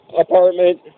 apartment